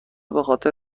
بخاطر